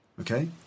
Okay